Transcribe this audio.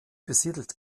besiedelt